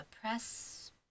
press